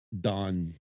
Don